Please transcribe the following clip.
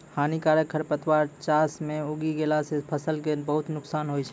हानिकारक खरपतवार चास मॅ उगी गेला सा फसल कॅ बहुत नुकसान होय छै